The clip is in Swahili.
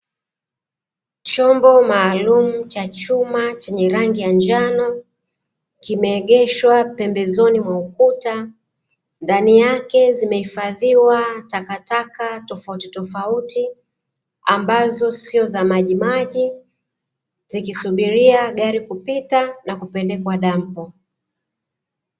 Chombo maalumu cha chuma chenye rangi ya njano, kimeegeshwa pembezoni mwa ukuta ndani yake zimehifadhiwa takataka tofautitofauti ambazo sio za majimaji zikisubiria gari kupita na kupelekwa dampo.